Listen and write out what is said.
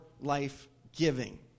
life-giving